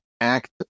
act